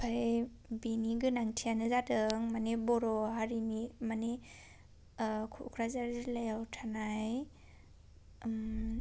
ओमफ्राय बिनि गोनांथिआनो जादों माने बर' हारिनि माने क'क्राझार जिल्लायाव थानाय